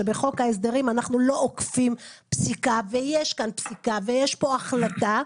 שבחוק ההסדרים אנחנו לא עוקפים פסיקה ויש כאן פסיקה ויש פה החלטה".